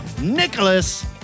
Nicholas